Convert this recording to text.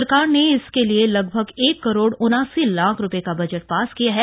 सरकार ने इसके लिए लगभग एक करोड़ उनासी लाख रुपये का बजट पास किया है